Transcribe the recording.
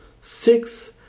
Six